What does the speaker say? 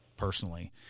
personally